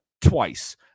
twice